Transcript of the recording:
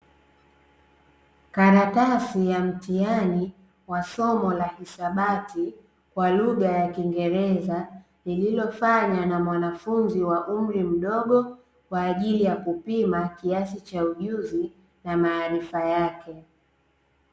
Karatasi ya mtihani wa somo la hisabati kwa lugha ya kiingereza lililofanywa na mwanafunzi wa umri mdogo, kwa ajili ya kupima kiasi cha ujuzi na maarifa yake.